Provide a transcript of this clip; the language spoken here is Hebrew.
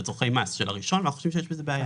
הראשון לצורכי מס ואנחנו חושבים שיש עם זה בעיה.